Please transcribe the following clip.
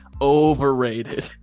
overrated